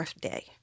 day